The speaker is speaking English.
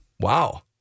Wow